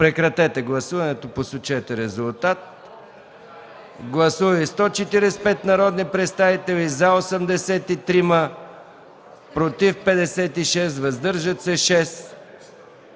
Прекратете гласуването и посочете резултата. Гласували 133 народни представители: за 93, против 8, въздържали се 32.